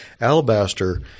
alabaster